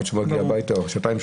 עד שמגיעים הביתה עוברות שעתיים,